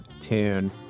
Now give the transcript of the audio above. tune